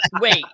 wait